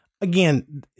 Again